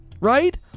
Right